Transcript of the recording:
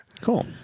Cool